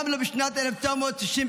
גם לא בשנת 1967,